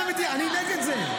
אני נגד זה.